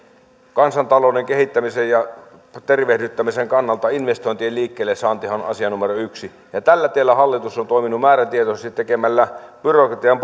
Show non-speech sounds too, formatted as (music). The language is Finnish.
kansantalouden kehittämisen ja tervehdyttämisen kannalta investointien liikkeelle saantihan on asia numero yksi tällä tiellä hallitus on toiminut määrätietoisesti tekemällä byrokratian (unintelligible)